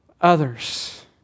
others